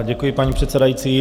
Děkuji, paní předsedající.